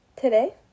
Today